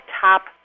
top